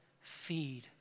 Feed